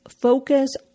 Focus